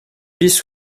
bis